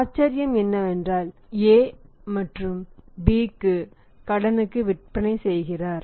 ஆச்சரியம் என்னவென்றால் A B க்கு கடனுக்கு விற்பனை செய்கிறார்